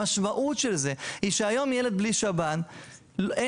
המשמעות של זה היא שהיום ילד בלי שב"ן אין